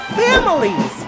families